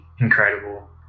incredible